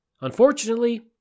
Unfortunately